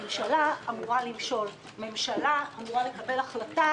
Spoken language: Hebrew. הממשלה אמורה למשול, ממשלה אמורה לקבל החלטה